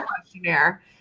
questionnaire